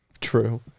True